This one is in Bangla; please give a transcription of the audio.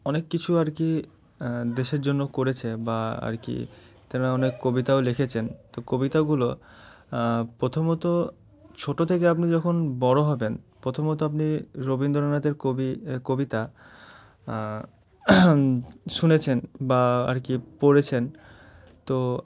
অনেক কিছু আর কি দেশের জন্য করেছে বা আর কি তারা অনেক কবিতাও লিখেছেন তো কবিতাগুলো প্রথমত ছোট থেকে আপনি যখন বড় হবেন প্রথমত আপনি রবীন্দ্রনাথের কবি কবিতা শুনেছেন বা আর কি পড়েছেন তো